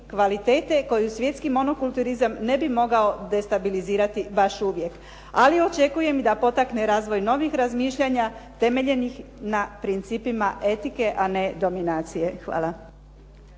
kvalitete koju svjetski monokulturizam ne bi mogao destabilizirati baš uvijek. Ali očekujem i da potakne razvoj novih razmišljanja temeljenih na principima etike a ne dominacije. Hvala.